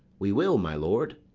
we will, my lord.